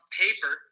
paper